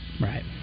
right